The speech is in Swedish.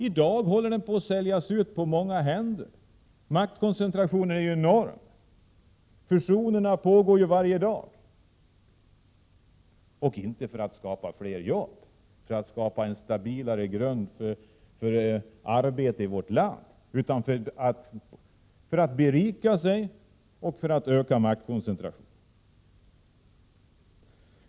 I dag håller den på att säljas ut på många händer. Maktkoncentrationen är enorm, och fusionerna pågår varje dag. Och det sker inte för att skapa fler jobb och en stabilare grund för arbete i vårt land utan för att man vill berika sig och öka maktkoncentrationen.